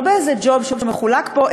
לא באיזה ג'וב שמחולק פה,